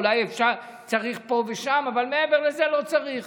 אולי צריך פה ושם, אבל מעבר לזה לא צריך.